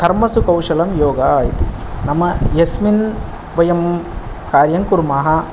कर्मसु कौशलं योगः इति नाम यस्मिन् वयं कार्यङ्कुर्मः